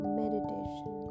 meditation